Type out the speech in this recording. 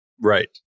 Right